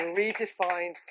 redefine